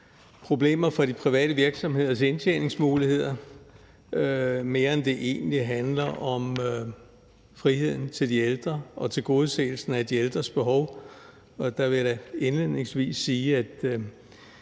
problemer med de private virksomheders indtjeningsmuligheder, mere end det egentlig handler om friheden til de ældre og tilgodeseelsen af de ældres behov, og der vil jeg da indledningsvis sige, at